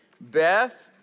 Beth